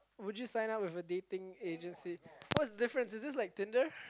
would you sign up for a dating agency what's the difference is this like Tinder